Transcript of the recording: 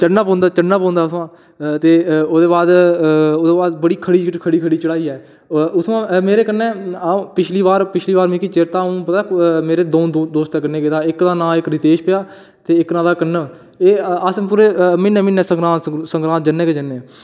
चढ़ना पौंदा उत्थु'आं ते ओह्दे बाद बड़ी खड़ी खड़ी चढ़ाई ऐ उत्थु'आं मेरे कन्नै अ'ऊं पिछली बार पिछली बार मिगी चेता अ'ऊं दो दोस्तें कन्नै गेदा इक दा नांऽ रितेश पेआ ते इक दा कनब अस पूरे म्हीनै म्हीनै संगरांद गी जन्ने गै जन्नेआं